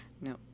No